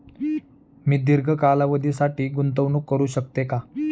मी दीर्घ कालावधीसाठी गुंतवणूक करू शकते का?